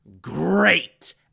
great